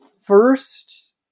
first